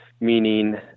meaning